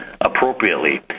appropriately